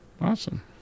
Awesome